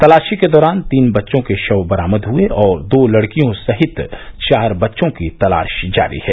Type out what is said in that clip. तलाशी के दौरान तीन बच्चों के शव बरामद हुये और दो लड़कियों सहित चार बच्चों की तलाश जारी है